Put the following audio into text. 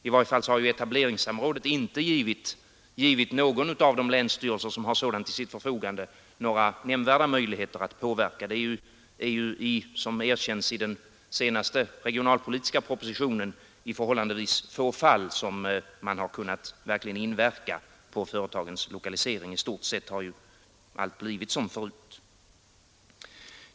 I varje fall har etableringssamråden inte givit någon av de länsstyrelser som har sådana till sitt förfogande några nämnvärda möjligheter till påverkan. Det är ju, vilket erkänns i den senaste regionalpolitiska propositionen, i förhållandevis få fall som man verkligen har kunnat inverka på företagens lokalisering. I stort sett har allt blivit som förut.